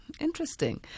Interesting